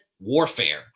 warfare